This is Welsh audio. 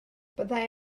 byddai